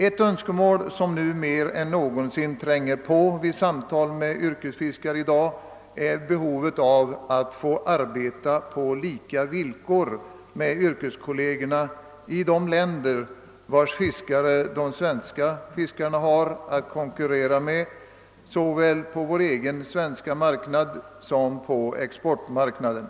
Ett önskemål som i dag mer än någonsin tränger på vid samtal med yrkesfiskare är deras behov av att få arbeta på samma villkor som yrkeskolleger i de länder, med vilka våra fiskare måste konkurrera på såväl den svenska marknaden som på exportmarknaden.